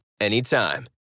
anytime